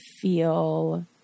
feel